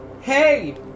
Hey